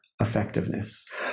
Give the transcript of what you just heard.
effectiveness